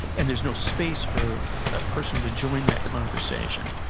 and there's no space for a person to join that conversation.